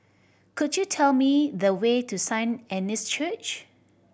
could you tell me the way to Saint Anne's Church